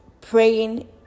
Praying